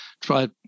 try